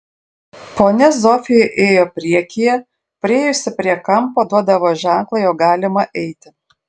ponia zofija ėjo priekyje priėjusi prie kampo duodavo ženklą jog galima eiti